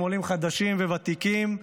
עולים חדשים וותיקים,